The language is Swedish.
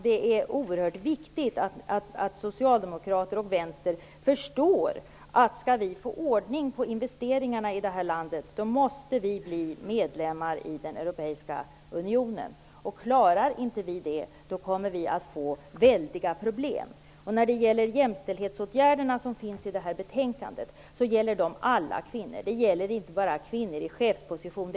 Det är oerhört viktigt att Socialdemokraterna och Vänstern förstår att vi måste bli medlemmar i Europeiska unionen om vi skall få ordning på investeringarna i detta land. Klarar vi inte detta kommer vi att få väldiga problem. De jämställdhetsåtgärder som föreslås i detta betänknade gäller alla kvinnor. De gäller inte bara kvinnor i chefsposition.